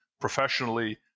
professionally